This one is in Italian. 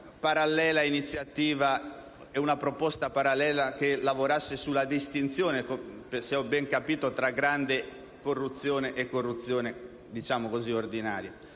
parallela iniziativa e una proposta che lavorasse sulla distinzione - se ho bene capito - tra grande corruzione e corruzione ordinaria,